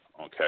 Okay